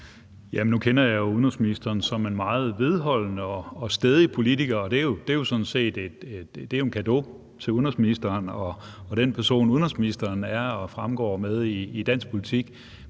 Nu kender jeg udenrigsministeren som en meget vedholdende og stædig politiker, og det er jo sådan set en cadeau til udenrigsministeren og den person, udenrigsministeren er og fremstår som i dansk politik.